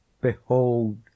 Behold